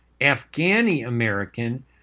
Afghani-American